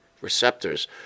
Receptors